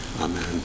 Amen